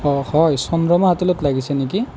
হয় চন্দ্ৰমা হোটেলত লাগিছে নেকি